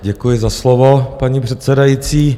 Děkuji za slovo, paní předsedající.